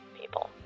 people